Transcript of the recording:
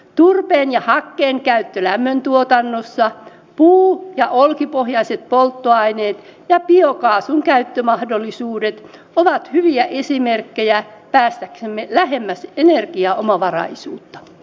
turpeen ja hakkeen käyttö lämmöntuotannossa puu ja olkipohjaiset polttoaineet ja biokaasun käyttömahdollisuudet ovat hyviä esimerkkejä päästäksemme lähemmäs energiaomavaraisuutta